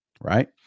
Right